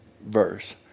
verse